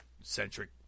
centric